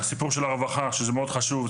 הסיפור של הרווחה שזה מאוד חשוב,